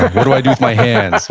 what do i do with my hands,